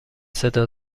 صدا